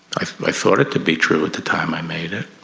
i i thought it to be true at the time i made it